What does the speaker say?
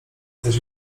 zaś